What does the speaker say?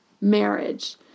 marriage